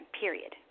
Period